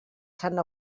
sant